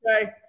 Okay